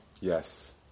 Yes